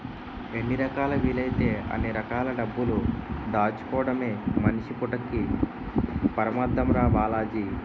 ఎన్ని రకాలా వీలైతే అన్ని రకాల డబ్బులు దాచుకోడమే మనిషి పుట్టక్కి పరమాద్దం రా బాలాజీ